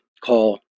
call